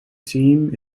theme